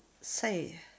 say